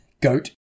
goat